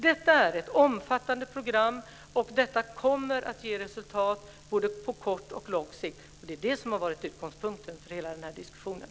Detta är ett omfattande program, och detta kommer att ge resultat på både kort och lång sikt. Det är det som har varit utgångspunkten för hela den här diskussionen.